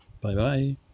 Bye-bye